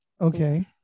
Okay